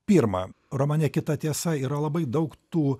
pirma romane kita tiesa yra labai daug tų